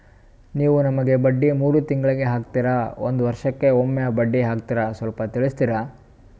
ನೀವು ನಮಗೆ ಬಡ್ಡಿ ಮೂರು ತಿಂಗಳಿಗೆ ಹಾಕ್ತಿರಾ, ಒಂದ್ ವರ್ಷಕ್ಕೆ ಒಮ್ಮೆ ಬಡ್ಡಿ ಹಾಕ್ತಿರಾ ಸ್ವಲ್ಪ ತಿಳಿಸ್ತೀರ?